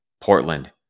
Portland